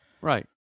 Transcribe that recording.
Right